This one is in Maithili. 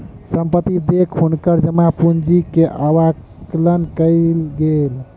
संपत्ति देख हुनकर जमा पूंजी के आकलन कयल गेलैन